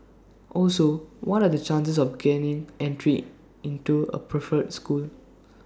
also what are the chances of gaining entry into A preferred school